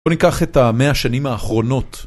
בואו ניקח את המאה השנים האחרונות.